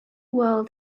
world